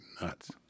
nuts